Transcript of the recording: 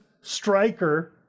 striker